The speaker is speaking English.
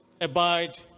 Abide